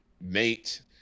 mate